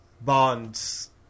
Bonds